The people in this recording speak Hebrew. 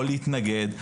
יכול להתנגד,